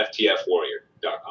ftfwarrior.com